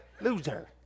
Loser